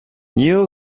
new